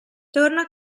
torna